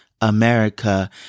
America